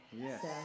Yes